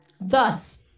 thus